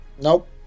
Nope